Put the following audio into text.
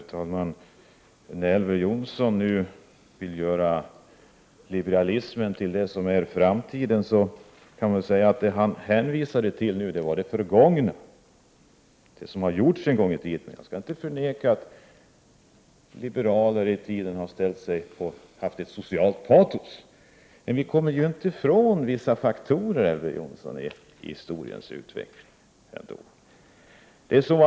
Herr talman! När Elver Jonsson nu vill göra liberalismen till det som är framtiden, kan jag säga att han hänvisar till det förgångna, till det som har gjorts. Jag skall inte förneka att liberaler en gång i tiden har haft ett socialt patos, men vi kommer ändå inte ifrån vissa faktorer i historiens utveckling, Elver Jonsson.